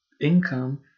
income